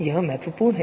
यह महत्वपूर्ण है